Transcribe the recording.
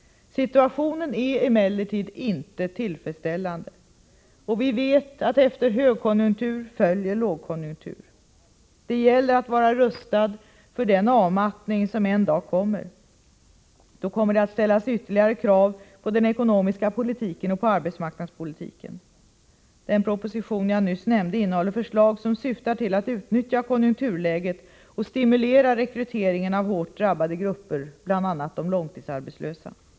Situationen är emellertid inte tillfredsställande, och vi vet att efter högkonjunktur följer lågkonjunktur. Det gäller att vara rustad för den avmattning som en dag kommer. Då kommer det att ställas ytterligare krav på den ekonomiska politiken och på arbetsmarknadspolitiken. Den proposition jag nyss nämnde innehåller förslag som syftar till att utnyttja konjunkturläget och stimulera rekryteringen av hårt drabbade grupper, bl.a. de långtidsarbetslösa.